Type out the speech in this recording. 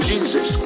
Jesus